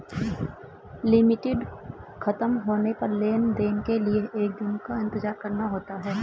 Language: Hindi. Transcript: लिमिट खत्म होने पर लेन देन के लिए एक दिन का इंतजार करना होता है